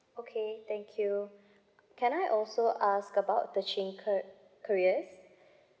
okay thank you can I also ask about the change ca~ careers